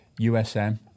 USM